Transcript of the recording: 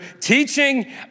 teaching